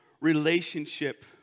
relationship